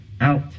out